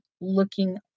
looking